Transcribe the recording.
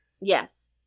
Yes